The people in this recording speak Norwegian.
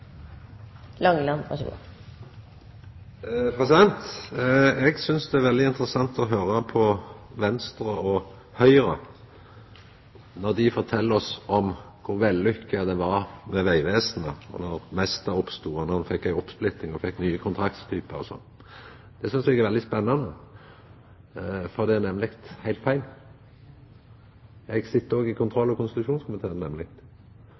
Høgre når dei fortel oss kor vellykka det var med Vegvesenet, når Mesta oppstod og ein fekk ei oppsplitting og nye kontraktstypar og sånt. Det synest eg er veldig spennande – for det er nemleg heilt feil. Eg sit òg i